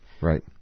Right